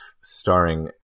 starring